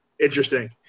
interesting